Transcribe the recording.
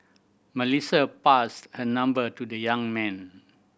Melissa passed her number to the young man